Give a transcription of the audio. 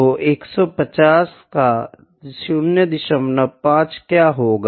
तो 150 का 05 क्या होगा